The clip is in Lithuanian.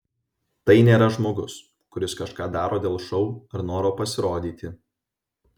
tai nėra žmogus kuris kažką daro dėl šou ar noro pasirodyti